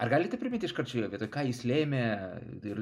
ar galite primint iškart šioje vietoje ką jis lėmė ir